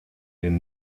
den